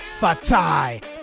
Fatai